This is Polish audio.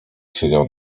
siedział